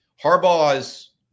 Harbaugh's